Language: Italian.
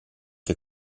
che